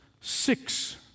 six